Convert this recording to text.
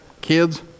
kids